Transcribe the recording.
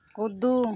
कूदू